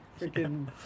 Freaking